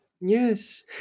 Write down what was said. Yes